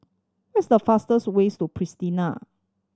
where is the fastest ways to Pristina